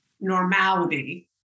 normality